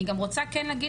אני רוצה גם להגיד,